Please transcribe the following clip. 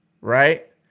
right